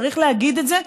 צריך להגיד את זה,